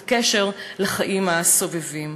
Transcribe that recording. את הקשר לחיים הסובבים,